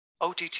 OTT